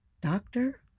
doctor